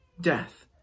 death